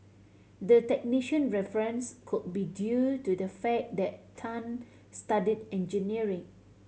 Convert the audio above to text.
the technician reference could be due to the fact that Tan studied engineering